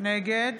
נגד